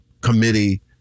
Committee